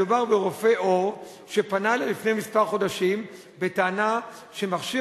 מדובר ברופא עור שפנה אלי לפני מספר חודשים בטענה שמכשיר